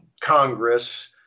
Congress